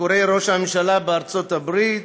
ביקורי ראש הממשלה בארצות הברית,